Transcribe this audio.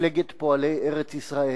מפלגת פועלי ארץ-ישראל.